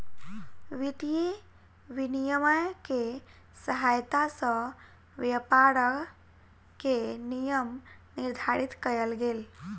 वित्तीय विनियम के सहायता सॅ व्यापार के नियम निर्धारित कयल गेल